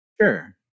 Sure